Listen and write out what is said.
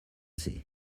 see